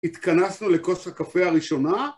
התכנסנו לכוס הקפה הראשונה